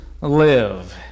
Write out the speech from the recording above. live